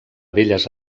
belles